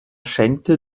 schenkte